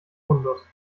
fundus